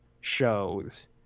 shows